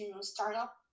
startup